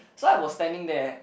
so I was standing there